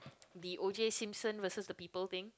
the OJ-Simpson versus the people think